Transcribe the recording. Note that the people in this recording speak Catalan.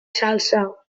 salsa